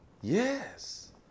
Yes